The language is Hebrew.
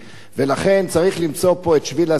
ולכן צריך למצוא פה את שביל הזהב,